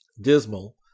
Dismal